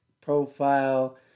profile